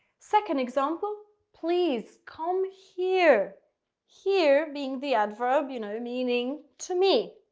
second example. please come here here being the adverb, you know, meaning to me.